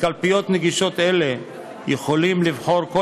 בקלפיות נגישות אלה יכולים לבחור כל